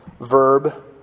verb